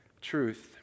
truth